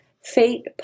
fate